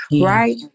right